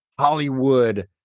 hollywood